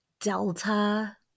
delta